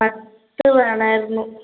പത്ത് വേണമായിരുന്നു